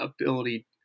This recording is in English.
ability